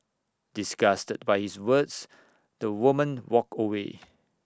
disgusted by his words the woman walked away